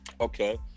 Okay